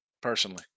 personally